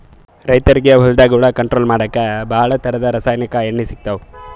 ರೈತರಿಗ್ ಹೊಲ್ದಾಗ ಹುಳ ಕಂಟ್ರೋಲ್ ಮಾಡಕ್ಕ್ ಭಾಳ್ ಥರದ್ ರಾಸಾಯನಿಕ್ ಎಣ್ಣಿ ಸಿಗ್ತಾವ್